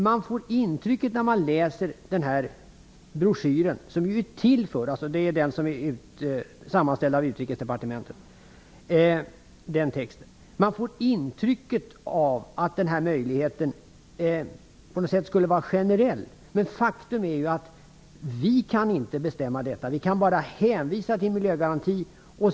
Men när man läser UD:s broschyr får man intrycket av att denna möjlighet skulle vara generell. Men faktum är att vi inte kan bestämma detta. Vi kan bara hänvisa till miljögarantin.